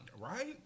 Right